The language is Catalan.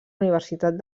universitat